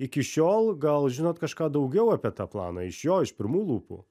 iki šiol gal žinot kažką daugiau apie tą planą iš jo iš pirmų lūpų